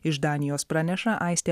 iš danijos praneša aistė